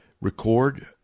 record